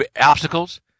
obstacles